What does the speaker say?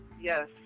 Yes